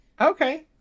Okay